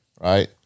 right